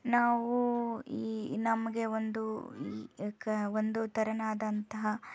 ನಾವು ಈ ನಮಗೆ ಒಂದು ಒಂದು ತೆರನಾದಂತಹ